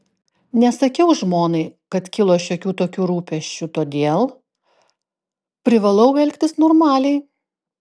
nesakiau žmonai kad kilo šiokių tokių rūpesčių todėl privalau elgtis normaliai